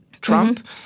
Trump